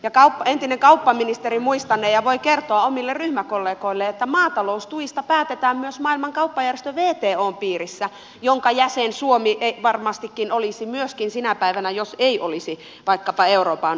ja entinen kauppaministeri muistanee ja voi kertoa omille ryhmäkollegoilleen että maataloustuista päätetään myös maailman kauppajärjestö wton piirissä jonka jäsen suomi varmastikin olisi myöskin sinä päivänä jos ei olisi vaikkapa euroopan unionin jäsen